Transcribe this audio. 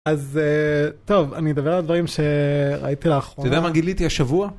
אז טוב, אני אדבר על הדברים שראיתי לאחורה. אתה יודע מה גיליתי השבוע?